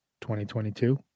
2022